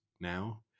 now